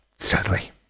Sadly